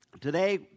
Today